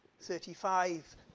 35